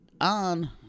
On